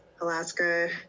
Alaska